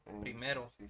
primero